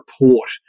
report